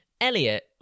Elliot